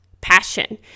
passion